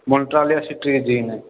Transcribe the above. Montrol या cetirizine